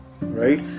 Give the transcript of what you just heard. right